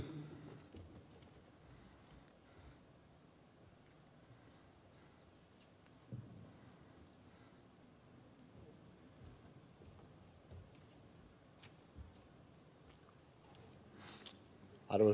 arvoisa puhemies